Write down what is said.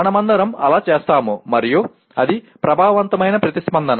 మనమందరం అలా చేస్తాము మరియు అది ప్రభావవంతమైన ప్రతిస్పందన